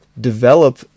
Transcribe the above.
develop